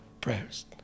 prayers